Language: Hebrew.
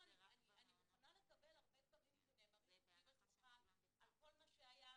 אני מוכנה לקבל הרבה דברים שנאמרים פה סביב השולחן על כל מה שהיה.